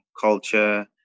culture